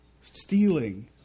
stealing